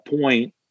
point